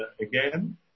again